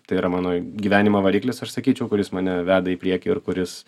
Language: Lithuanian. tai yra mano gyvenimo variklis aš sakyčiau kuris mane veda į priekį ir kuris